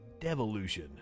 Devolution